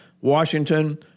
Washington